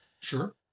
sure